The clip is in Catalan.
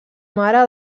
mare